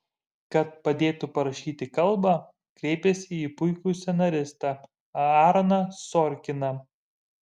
kad padėtų parašyti kalbą kreipėsi į puikų scenaristą aaroną sorkiną